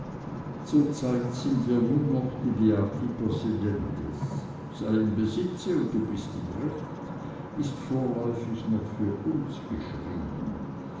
zur zeit sind wir nur noch die beati possidentes sei im besitze und du bist im recht ist vorläufig noch für uns geschrieben